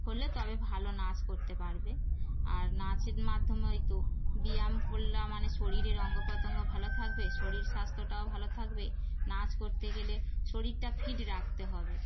করলে তবে ভালো নাচ করতে পারবে আর নাচের মাধ্যমে হয়তো ব্যায়াম করলে মানে শরীরে অঙ্গ প্রত্যং ভালো থাকবে শরীর স্বাস্থ্যটাও ভালো থাকবে নাচ করতে গেলে শরীরটা ফিট রাখতে হবে